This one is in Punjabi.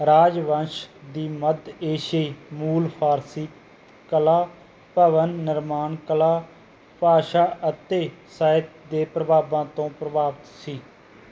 ਰਾਜਵੰਸ਼ ਦੀ ਮੱਧ ਏਸ਼ੀਆਈ ਮੂਲ ਫਾਰਸੀ ਕਲਾ ਭਵਨ ਨਿਰਮਾਣ ਕਲਾ ਭਾਸ਼ਾ ਅਤੇ ਸਾਹਿਤ ਦੇ ਪ੍ਰਭਾਵਾਂ ਤੋਂ ਪ੍ਰਭਾਵਿਤ ਸੀ